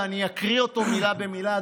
ואני אקריא אותו מילה במילה,